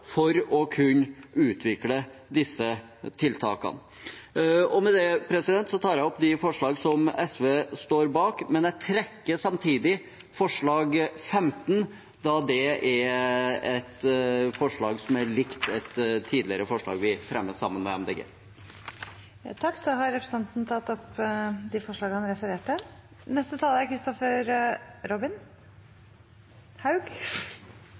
for å kunne utvikle disse tiltakene. Med det tar jeg opp de forslagene som SV står bak. Samtidig vil jeg trekke forslag nr. 15, da det er et forslag som er likt et forslag vi tidligere har fremmet sammen med Miljøpartiet De Grønne. Representanten Lars Haltbrekken har tatt opp de forslagene han refererte